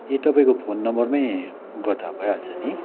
ए तपाईँको फोन नम्बरमै गर्दा भइहाल्छ नि